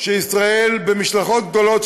של ישראל במשלחות גדולות,